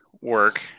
work